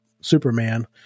superman